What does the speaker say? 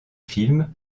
films